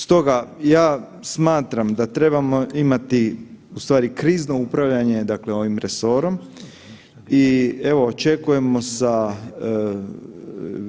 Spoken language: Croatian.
Stoga ja smatram da trebamo imati u stvari krizno upravljanje, dakle ovim resorom i evo očekujemo sa